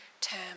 term